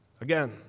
Again